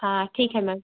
हाँ ठीक है मैम